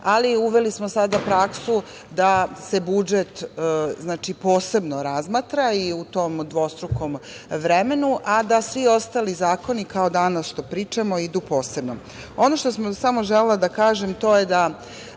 ali uveli smo sada praksu da se budžet posebno razmatra u tom dvostrukom vremenu, a da svi ostali zakoni, kao danas što pričamo, idu posebno. Ono što sam samo želela da kažem to je da